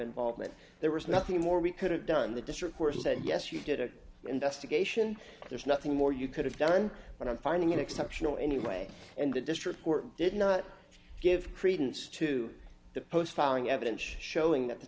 involvement there was nothing more we could have done the district where he said yes you did an investigation there's nothing more you could have done but i'm finding exceptional anyway and the district court did not give credence to the post filing evidence showing that the